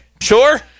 Sure